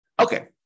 Okay